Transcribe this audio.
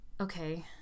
Okay